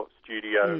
studio